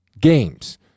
games